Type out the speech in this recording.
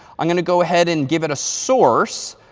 i'm going to go ahead and give it a source.